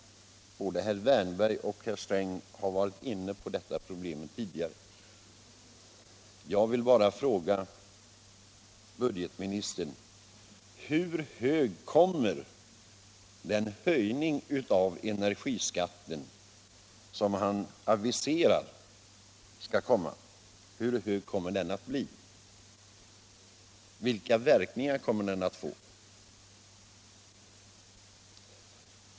Både herr Wärnberg och herr Sträng har varit inne på detta problem tidigare. Jag vill bara fråga budgetministern: Hur stor kommer den aviserade höjningen av energiskatten att bli? Vilka verkningar kommer den att få?